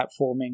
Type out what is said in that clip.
platforming